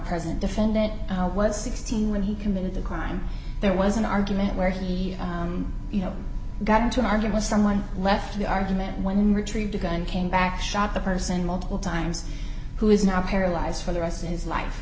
present defend it was sixteen when he committed the crime there was an argument where he you know got into an argument someone left the argument when retrieved a gun came back shot the person multiple times who is now paralyzed for the rest of his life